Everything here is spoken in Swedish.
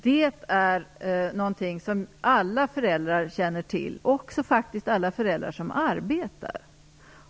Det är någonting som alla föräldrar känner till, också alla föräldrar som arbetar.